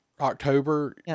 October